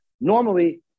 normally